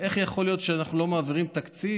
ואיך יכול להיות שאנחנו לא מעבירים תקציב,